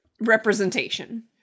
representation